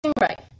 right